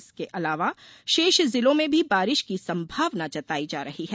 इसके अलावा शेष जिलों में भी बारिश की संभावना जतायी गयी है